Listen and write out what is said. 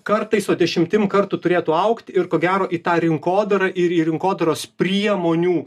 kartais o dešimtim kartų turėtų augt ir ko gero į tą rinkodarą ir į rinkodaros priemonių